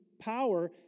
power